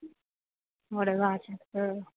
ओह्दे बाद च